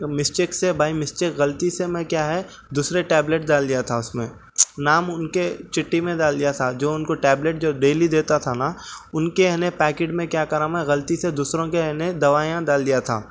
mistake سے by mistake غلطی سے میں کیا ہے دوسرے ٹیبلٹ ڈال دیا تھا اس میں نام ان کے چٹی میں ڈال دیا تھا جو ان کو ٹیبلٹ جو ڈیلی دیتا تھا نا ان کے یعنی پیکٹ میں کیا کرا میں غلطی سے دوسروں کے یعنی دوایاں ڈال دیا تھا